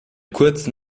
kurzen